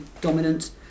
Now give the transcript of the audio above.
dominant